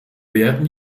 werden